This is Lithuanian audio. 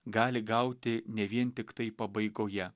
gali gauti ne vien tiktai pabaigoje